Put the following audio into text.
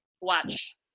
watch